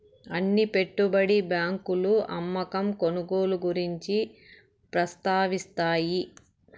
అన్ని పెట్టుబడి బ్యాంకులు అమ్మకం కొనుగోలు గురించి ప్రస్తావిస్తాయి